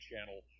Channel